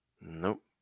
nope